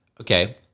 Okay